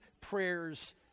prayers